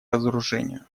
разоружению